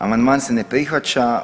Amandman se ne prihvaća.